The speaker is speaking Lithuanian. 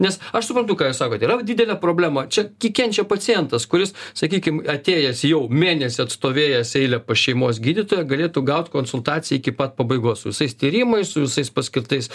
nes aš suprantu ką jūs sakot yra didelė problema čia gi kenčia pacientas kuris sakykim atėjęs jau mėnesį atstovėjęs eilę pas šeimos gydytoją galėtų gaut konsultaciją iki pat pabaigos su visais tyrimais su visais paskirtais